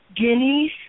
guineas